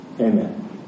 Amen